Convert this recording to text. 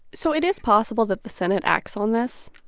so it is possible that the senate acts on this.